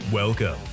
Welcome